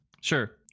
sure